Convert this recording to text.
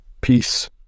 peace